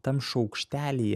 tam šaukštelyje